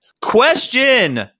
Question